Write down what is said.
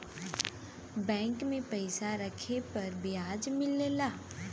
bank में पइसा रखे पर बियाज मिलला